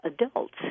adults